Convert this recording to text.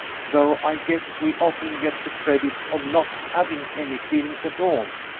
though i guess we often get the credit of not having any feelings at all.